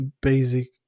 basic